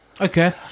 Okay